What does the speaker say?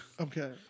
okay